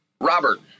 Robert